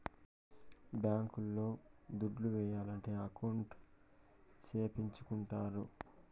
bank లో దుడ్లు ఏయాలంటే అకౌంట్ సేపిచ్చుకుంటారు